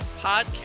podcast